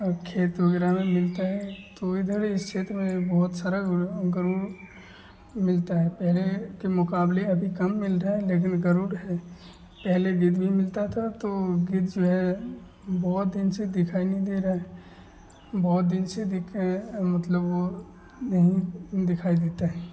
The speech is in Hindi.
और खेत वग़ैरह में मिलते हैं तो इधर इस क्षेत्र में बहुत सारा गरुड़ मिलते हैं पहले के मुकाबले अभी कम मिल रहे हैं लेकिन गरुड़ हैं पहले गिद्ध भी मिलता था अब तो गिद्ध जो है बहुत दिन से दिखाई नहीं दे रहा है बहुत दिन से दिख मतलब वह नहीं दिखाई देता है